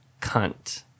cunt